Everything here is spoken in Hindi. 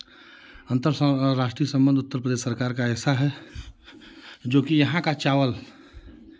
अंतर राष्ट्रीय संबंध उत्तर प्रदेश सरकार का ऐसा है जो कि यहाँ का चावल